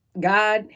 God